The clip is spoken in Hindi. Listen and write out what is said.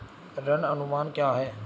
ऋण अनुमान क्या है?